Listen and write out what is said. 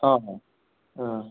अ